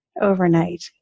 overnight